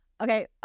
Okay